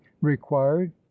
required